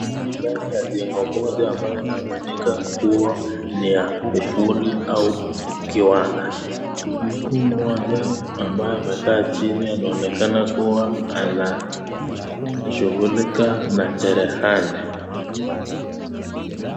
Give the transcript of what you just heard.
Ndani ya jengo moja ambalo inaaminika kuwa ni ya kufunli au kiwanda. Mtu mmoja ambaye amekaa chini anaonekana kuwa anashughulika na cherahani.